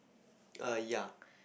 err ya